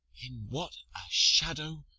in what a shadow,